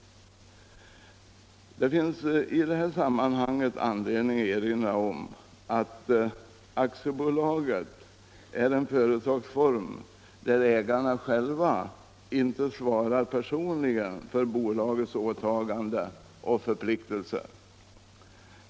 Det finns i det här sammanhanget anledning att erinra om att aktiebolaget är en företagsform där ägarna själva inte svarar personligen för bolagets åtaganden och förpliktelser.